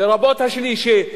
לרבות השלישי.